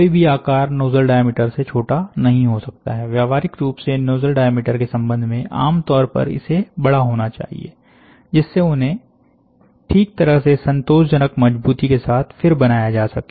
कोई भी आकार नोजल डायामीटर से छोटा नहीं हो सकता है व्यावहारिक रूप से नोजल डायामीटर के संबंध में आमतौर पर इसे बड़ा होना चाहिए जिससे उन्हें ठीक तरह से संतोषजनक मजबूती के साथ फिर बनाया जा सके